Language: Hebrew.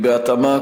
בהתאמה,